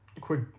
quick